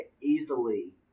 easily